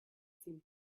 seem